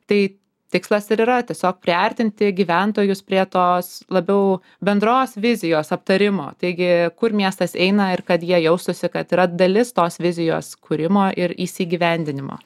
tai tikslas ir yra tiesiog priartinti gyventojus prie tos labiau bendros vizijos aptarimo taigi kur miestas eina ir kad jie jaustųsi kad yra dalis tos vizijos kūrimo ir įsigyvendinimo